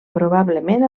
probablement